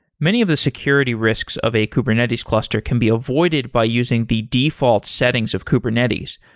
many of the security risks of a kubernetes cluster can be avoided by using the default settings of kubernetes,